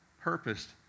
purposed